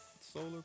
solar